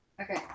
okay